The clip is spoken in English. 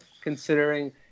considering